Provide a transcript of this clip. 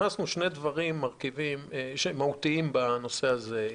הכנסנו שני מרכיבים מהותיים בנושא הזה.